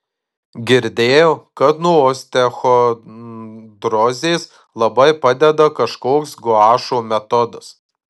girdėjau kad nuo osteochondrozės labai padeda kažkoks guašo metodas